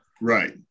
right